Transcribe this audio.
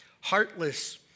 heartless